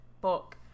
book